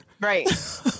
right